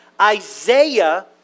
Isaiah